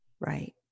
right